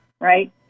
right